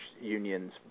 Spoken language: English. unions